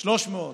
300,